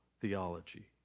theology